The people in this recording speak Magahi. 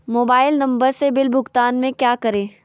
मोबाइल नंबर से बिल भुगतान में क्या करें?